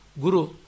Guru